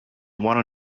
wanted